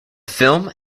film